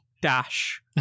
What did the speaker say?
Dash